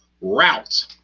route